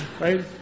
right